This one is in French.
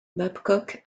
babcock